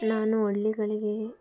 ನಾನು ಹಳ್ಳಿಗಳಿಗೆ